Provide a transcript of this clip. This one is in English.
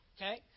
Okay